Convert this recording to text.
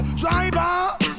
Driver